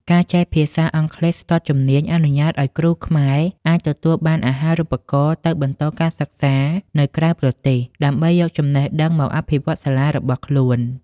ការចេះភាសាអង់គ្លេសស្ទាត់ជំនាញអនុញ្ញាតឱ្យគ្រូខ្មែរអាចទទួលបានអាហារូបករណ៍ទៅបន្តការសិក្សានៅក្រៅប្រទេស ដើម្បីយកចំណេះដឹងមកអភិវឌ្ឍសាលារបស់ខ្លួន។